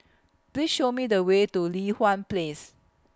Please Show Me The Way to Li Hwan Place